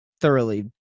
thoroughly